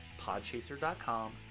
podchaser.com